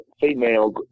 female